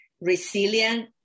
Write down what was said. resilient